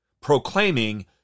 proclaiming